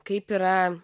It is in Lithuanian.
kaip yra